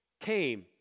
came